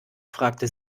fragte